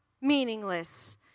meaningless